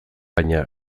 baina